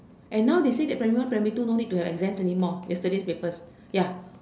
and now they say that primary one primary two no need to have exams anymore yesterday's papers ya